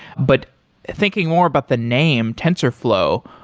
but thinking more about the name, tensorflow,